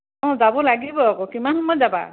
অঁ যাব লাগিবই আকৌ কিমান সময়ত যাবা